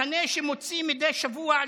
מחנה שמוציא מדי שבוע,